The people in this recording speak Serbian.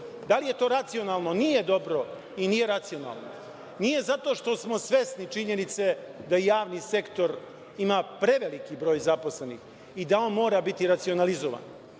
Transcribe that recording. da li je to racionalno? Nije dobro i nije racionalno. Nije, zato što smo svesni činjenice da javni sektor ima preveliki broj zaposlenih i da on mora biti racionalizovan.